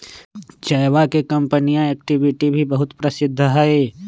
चयवा के कंपनीया एक्टिविटी भी बहुत प्रसिद्ध हई